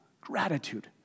gratitude